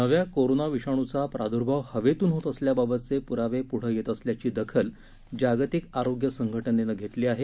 नव्या कोरोना विषाणूचा प्रादूर्भाव हवेतून होत असल्याबाबतचे पुरावे पुढं येत असल्याची दखल जागतिक आरोग्य संघटनेनं घेतली आहे